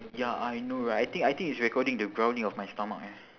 ya I know right I think I think it's recording the growling of my stomach eh